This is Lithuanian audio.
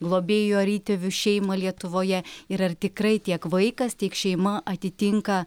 globėjų ar įtėvių šeimą lietuvoje ir ar tikrai tiek vaikas tiek šeima atitinka